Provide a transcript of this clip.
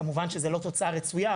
כמובן שזו לא תוצאה רצויה,